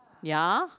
ya